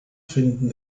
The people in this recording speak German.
finden